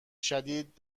شدید